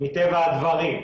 מטבע הדברים,